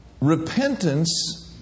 Repentance